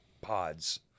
pods